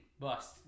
Bust